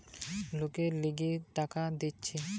ছোট খাটো জায়গা থেকে বেকার লোকদের লিগে টাকা দিতেছে